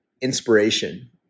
inspiration